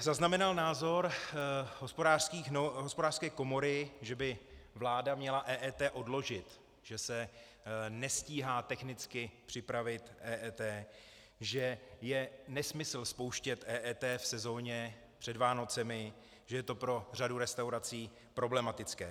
Zaznamenal jsem názor Hospodářské komory, že by vláda měla EET odložit, že se nestíhá technicky připravit EET, že je nesmysl spouštět EET v sezóně před Vánocemi, že je to pro řadu restaurací problematické.